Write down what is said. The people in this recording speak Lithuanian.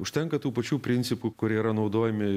užtenka tų pačių principų kurie yra naudojami